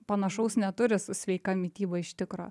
panašaus neturi su sveika mityba iš tikro